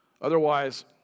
Otherwise